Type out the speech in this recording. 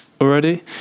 already